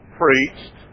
preached